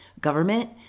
government